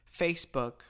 Facebook